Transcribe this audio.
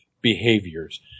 behaviors